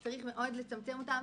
צריך מאוד לצמצם אותם.